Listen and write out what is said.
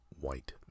white